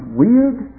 weird